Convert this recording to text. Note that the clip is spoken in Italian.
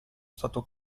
stato